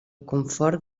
confort